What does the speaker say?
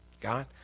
God